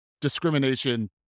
discrimination